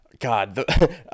God